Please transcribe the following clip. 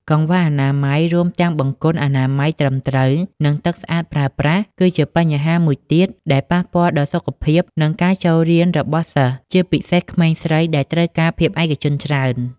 កង្វះអនាម័យ រួមទាំងបង្គន់អនាម័យត្រឹមត្រូវ និងទឹកស្អាតប្រើប្រាស់ គឺជាបញ្ហាមួយទៀតដែលប៉ះពាល់ដល់សុខភាព និងការចូលរៀនរបស់សិស្ស ជាពិសេសក្មេងស្រីដែលត្រូវការភាពឯកជនច្រើន។